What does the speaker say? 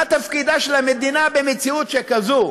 מה תפקידה של המדינה במציאות שכזאת?